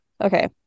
Okay